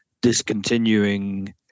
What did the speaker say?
discontinuing